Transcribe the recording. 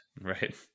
Right